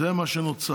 זה מה שנוצר.